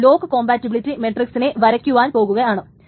ഞാൻ lock compatibility മെട്രിക്സിനെ വരക്കുവാൻ പോകുകയാണ്